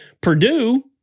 Purdue